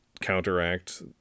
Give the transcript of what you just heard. counteract